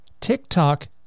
TikTok